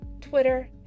Twitter